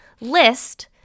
list